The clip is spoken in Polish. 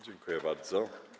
Dziękuję bardzo.